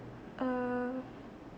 uh